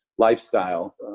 lifestyle